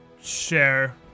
share